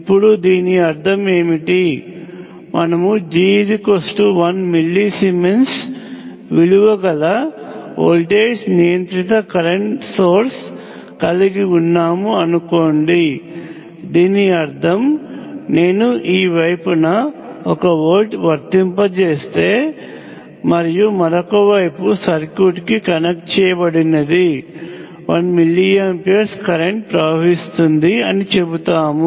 ఇప్పుడు దీని అర్థం ఏమిటి మనము G 1 మిల్లీ సిమెన్స్ విలువ కల వోల్టేజ్ నియంత్రిత కరెంట్ సోర్స్ కలిగి ఉన్నాము అనుకోండి దీని అర్థం నేను ఈ వైపున 1 వోల్ట్ వర్తింపచేస్తే మరియు మరొక వైపు సర్క్యూట్కి కనెక్ట్ చేయబడినది 1 మిల్లీ ఆంప్ కరెంట్ ప్రవహిస్తుంది అని చెబుతాము